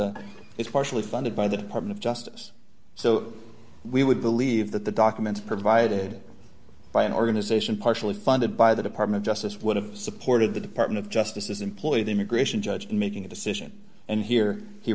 is partially funded by the department of justice so we would believe that the documents provided by an organization partially funded by the department justice would have supported the department of justice is employ the immigration judge in making a decision and here he